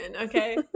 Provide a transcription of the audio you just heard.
okay